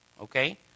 okay